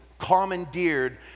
commandeered